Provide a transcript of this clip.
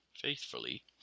faithfully